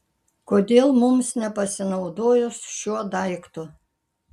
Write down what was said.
kodėl mums nepasinaudojus šiuo daiktu